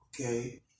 okay